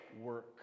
work